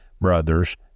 brothers